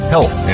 Health